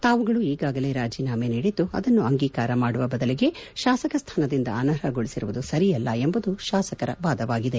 ತಾವು ಈಗಾಗಲೇ ರಾಜೀನಾಮೆ ನೀಡಿದ್ದು ಅದನ್ನು ಅಂಗೀಕಾರ ಮಾಡುವ ಬದಲಿಗೆ ಶಾಸಕ ಸ್ಥಾನದಿಂದ ಅನರ್ಹಗೊಳಿಸಿರುವುದು ಸರಿಯಲ್ಲ ಎಂಬುದು ಶಾಸಕರ ವಾದವಾಗಿದೆ